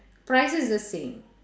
price is the same